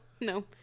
no